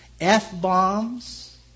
F-bombs